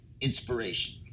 inspiration